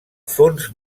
fons